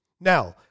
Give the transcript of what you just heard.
Now